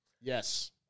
Yes